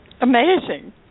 Amazing